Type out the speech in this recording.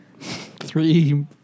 Three